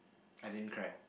I didn't cry